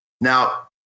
Now